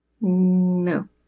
No